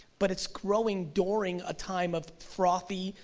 but it's growing during a time of frothy,